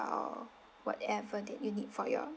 or whatever that you need for your